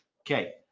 Okay